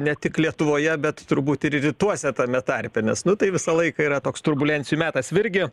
ne tik lietuvoje bet turbūt ir rytuose tame tarpe nes nu tai visą laiką yra toks turbulencijų metas virgi